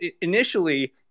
initially